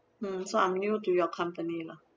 mm so I'm new to your company lah